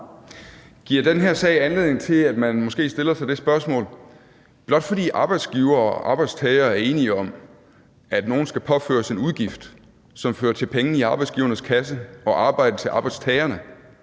Giver den her sag anledning til, at man måske stiller sig det spørgsmål, om det, blot fordi arbejdsgivere og arbejdstagere er enige om, at nogle skal påføres en udgift, som fører til penge i arbejdsgivernes kasse og arbejde til arbejdstagerne,